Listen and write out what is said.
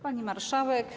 Pani Marszałek!